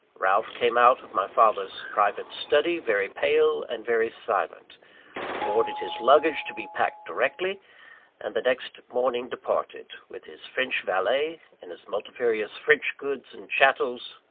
ralph came out of my father's private study, very pale and very silent ordered his luggage to be packed directly and the next morning departed, with his french valet, and his multifarious french goods and chattels,